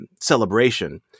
celebration